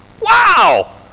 Wow